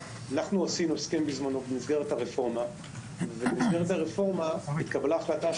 אנחנו עשינו בזמנו הסכם במסגרת הרפורמה והתקבלה החלטה,